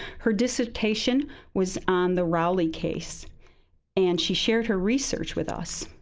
her dissertation was on the rowley case and she shared her research with us.